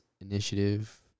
Initiative